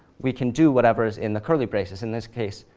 we can do whatever's in the curly braces, in this case,